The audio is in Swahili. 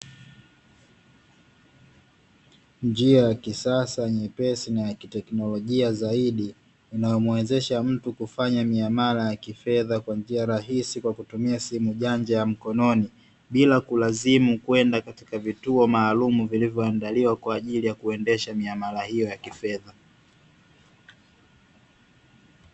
Njia ya kisasa nyepesi na ya kiteknolojia zaidi inayomuwezesha mtu kufanya miamala ya kifedha kwa njia rahisi kwa kutumia simu janja ya mkononi bila kulazimu kwenda katika vituo maalumu vilivyo andaliwa kwa ajili ya kuendesha miamala hio ya kifedha.